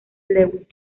lewis